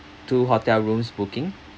two hotel rooms booking